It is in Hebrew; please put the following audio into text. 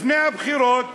לפני הבחירות